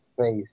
space